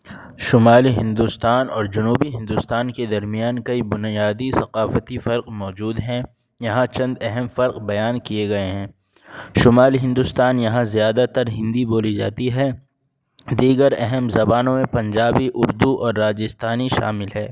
شمالی ہندوستان اور جنوبی ہندوستان کے درمیان کئی بنیادی ثقافتی فرق موجود ہیں یہاں چند اہم فرق بیان کیے گئے ہیں شمال ہندوستان یہاں زیادہ تر ہندی بولی جاتی ہے دیگر اہم زبانوں میں پنجابی اردو اور راجستھانی شامل ہے